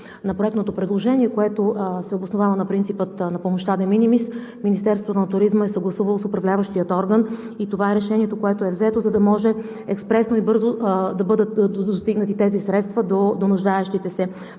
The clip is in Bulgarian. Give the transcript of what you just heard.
на проектното предложение, основаващо се на принципа на помощта deminimis Министерството на туризма е съгласувало с управляващия орган и това е решението, което е взето, за да може експресно и бързо да достигнат тези средства до нуждаещите се.